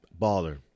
baller